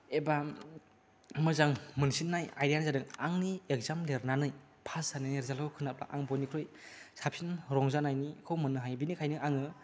एबा मोजां मोनसिननाय आयदायानो जादों आंनि एक्जाम लेरनानै पास जानाय रेजालखौ खोनाब्ला आं बयनिख्रइ साबसिन रंजानायनिखौ मोननो हायो बिनिखायनो आङो